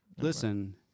listen